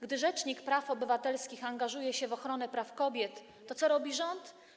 Gdy rzecznik praw obywatelskich angażuje się w ochronę praw kobiet, to co robi rząd?